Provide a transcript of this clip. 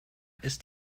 ist